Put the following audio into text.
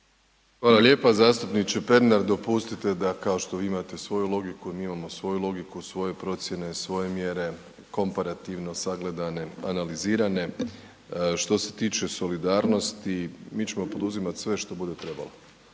Hvala lijepa. Zastupniče Pernar dopustite da kao što vi imate svoju logiku i mi imamo svoju logiku, svoje procjene, svoje mjere, komparativno sagledane, analizirane. Što se tiče solidarnosti mi ćemo poduzimati sve što bude trebalo.